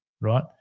right